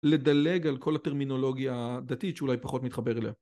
לדלג על כל הטרמינולוגיה הדתית שאולי פחות מתחבר אליה